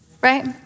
right